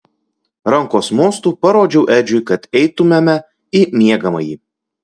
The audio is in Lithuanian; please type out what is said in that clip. rankos mostu parodžiau edžiui kad eitumėme į miegamąjį